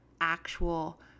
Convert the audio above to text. actual